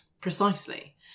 Precisely